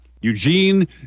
Eugene